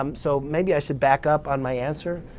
um so maybe i should back up on my answer.